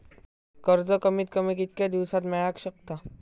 कर्ज कमीत कमी कितक्या दिवसात मेलक शकता?